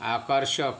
आकर्षक